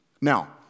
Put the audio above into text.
Now